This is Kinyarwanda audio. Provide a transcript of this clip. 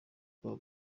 kwa